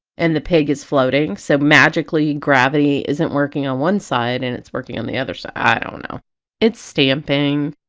and the pig is floating, so magically gravity isn't working on one side and it's working on the other side. i don't know it's stamping,